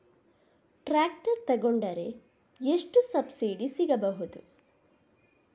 Tractor ತೊಕೊಂಡರೆ ಎಷ್ಟು subsidy ಸಿಗಬಹುದು?